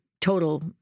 total